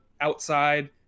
outside